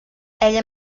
ella